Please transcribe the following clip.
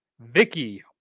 Vicky